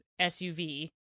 SUV